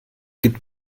gibt